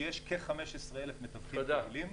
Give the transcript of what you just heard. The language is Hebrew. שיש כ-15,000 מתווכים פעילים.